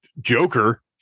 Joker